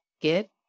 get